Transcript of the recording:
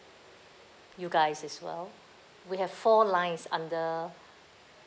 you guys as well we have four lines under